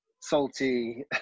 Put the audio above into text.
salty